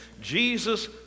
Jesus